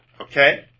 Okay